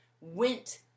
went